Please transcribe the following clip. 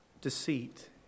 deceit